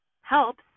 helps